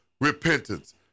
repentance